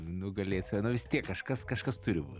nugalėt save nu vis tiek kažkas kažkas turi būt